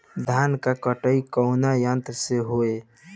धान क कटाई कउना यंत्र से हो?